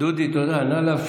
תגיד לנו.